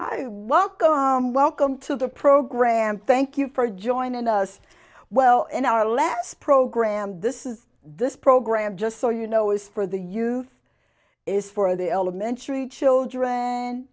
welcome welcome to the program thank you for joining us well in our last program this is this program just so you know it's for the youth is for the elementary children